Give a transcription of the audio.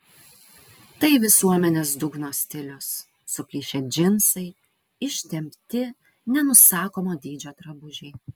tai visuomenės dugno stilius suplyšę džinsai ištempti nenusakomo dydžio drabužiai